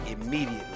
immediately